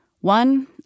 One